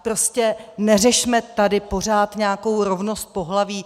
Prostě neřešme tady pořád nějakou rovnost pohlaví.